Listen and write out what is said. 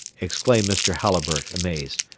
exclaimed mr. halliburtt, amazed.